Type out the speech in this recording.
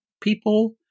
people